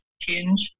change